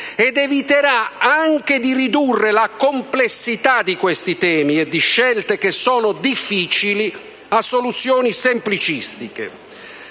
ed eviterà anche di ridurre la complessità di questi temi e di scelte che sono difficili a soluzioni semplicistiche.